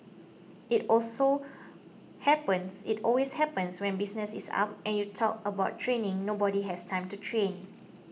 it also happens it always happens when business is up and you talk about training nobody has time to train